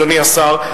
אדוני השר,